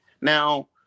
Now